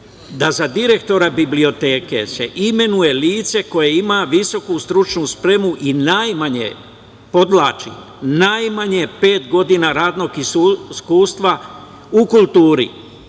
da za direktora biblioteke se imenuje lice koje ima visoku stručnu spremu i najmanje, podvlačim, najmanje pet godina radnog iskustva u kulturi.